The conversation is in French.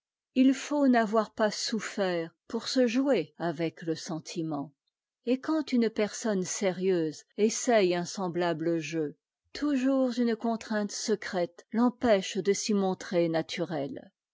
il faut n'avoir pas souffert pour se jouer avec le sentiment et quand une personne sérieuse essaye un semblable jeu toujours une contrainte secrète l'empêche de s'y montrer naturelle